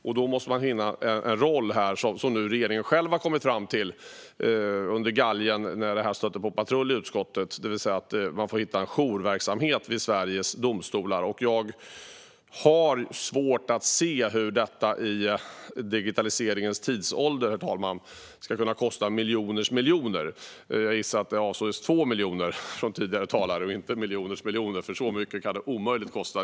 Då måste man hitta en roll här, vilket regeringen nu själv har kommit fram till under galgen efter att det här stötte på patrull i utskottet. Man får alltså hitta en jourverksamhet vid Sveriges domstolar. Jag har svårt att se, herr talman, hur det i digitaliseringens tidsålder ska kunna kosta miljoners miljoner. Jag gissar att det var 2 miljoner som tidigare talare avsåg och inte miljoners miljoner. Så mycket kan det nämligen omöjligen kosta.